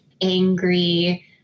angry